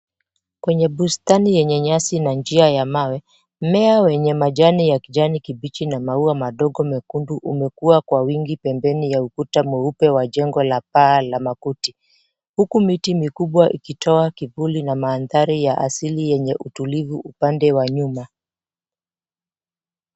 Kwenye bustani yenye nyasi na njia ya mawe mmea wenye majani ya kijani kibichi na maua madogo mekundu umekuwa kwa wingi pembeni ya ukuta mweupe wa jengo la paa la makuti. Huku miti mikubwa ikitoa kivuli na maandhari ya asili yenye utulivu upande wa nyuma.